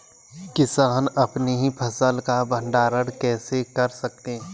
किसान अपनी फसल का भंडारण कैसे कर सकते हैं?